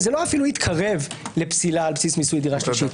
זה אפילו לא התקרב לפסילה על בסיס מיסוי דירה שלישית.